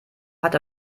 hat